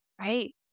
Right